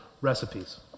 recipes